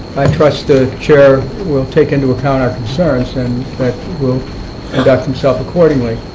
i trust the chair will take into account our concerns and but will conduct himself accordingly.